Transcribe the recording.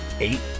Eight